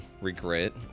regret